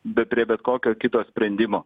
be prie bet kokio kito sprendimo